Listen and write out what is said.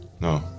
No